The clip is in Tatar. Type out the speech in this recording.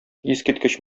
искиткеч